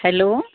hello